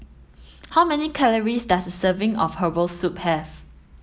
how many calories does a serving of herbal soup have